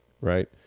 right